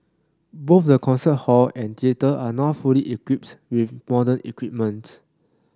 both the concert hall and theatre are now fully equipped with modern equipments